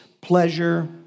pleasure